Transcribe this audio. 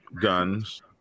guns